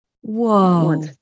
Whoa